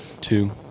two